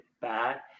bad